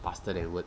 faster than word